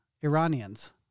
Iranians